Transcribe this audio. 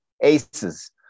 aces